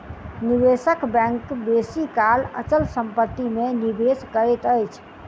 निवेशक बैंक बेसी काल अचल संपत्ति में निवेश करैत अछि